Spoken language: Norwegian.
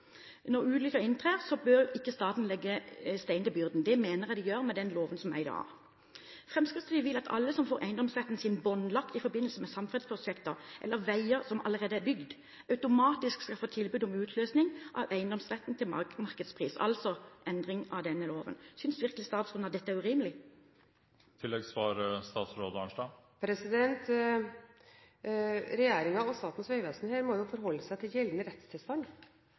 Når ulykken inntrer, bør ikke staten legge stein til byrden. Det mener jeg de gjør med den loven som er i dag. Fremskrittspartiet vil at alle som får eiendomsretten sin båndlagt i forbindelse med samferdselsprosjekter eller veier som allerede er bygd, automatisk skal få tilbud om utløsning av eiendomsretten til markedspris – altså ha en endring av denne loven. Synes virkelig statsråden at dette er urimelig? Regjeringen og Statens vegvesen må forholde seg til gjeldende rettstilstand